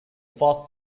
first